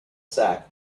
sack